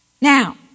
Now